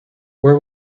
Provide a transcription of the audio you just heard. where